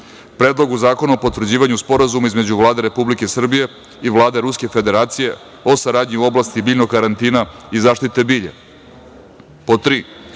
Predlogu zakona o potvrđivanju Sporazuma Vlade Republike Srbije i Vlade Ruske Federacije o saradnji u oblasti biljnog karantina i zaštite